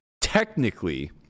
technically